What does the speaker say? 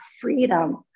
freedom